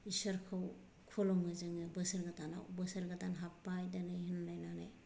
इसोरखौ खुलुमो जों बोसोर गोदानाव बोसोर गोदान हाबबाय होनलायनानै